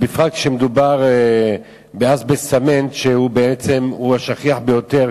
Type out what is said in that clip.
בפרט כשמדובר באזבסט צמנט, שהוא השכיח ביותר,